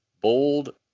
bold